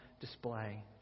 display